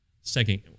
Second